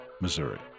Missouri